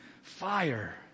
fire